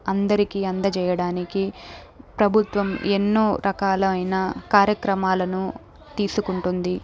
అందరికి అందచేయడానికి ప్రభుత్వం ఎన్నో రకాలైన కార్యక్రమాలను తీసుకుంటుంది